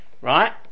right